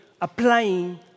Applying